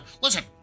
Listen